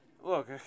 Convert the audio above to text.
look